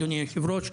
אדוני היושב ראש.